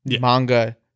manga